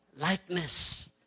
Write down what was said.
likeness